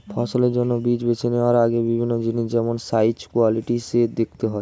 ফসলের জন্য বীজ বেছে নেওয়ার আগে বিভিন্ন জিনিস যেমন সাইজ, কোয়ালিটি সো দেখতে হয়